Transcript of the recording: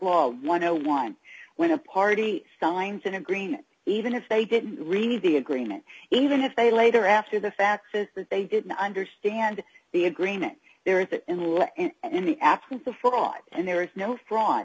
law one o one when a party signs an agreement even if they didn't read the agreement even if they later after the fact says that they didn't understand the agreement there is in law and in the absence of fraud and there is no fraud